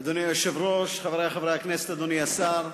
אדוני היושב-ראש, חברי חברי הכנסת, אדוני השר,